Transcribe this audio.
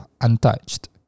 untouched